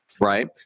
right